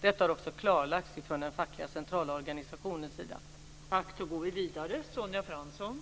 Detta har också klarlagts från den fackliga centralorganisationens sida.